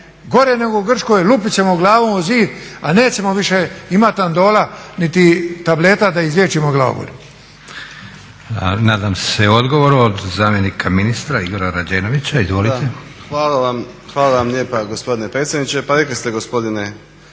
gore nego u Grčkoj, lupit ćemo glavom u zid, a nećemo više imati andola niti tableta da izliječimo glavobolju.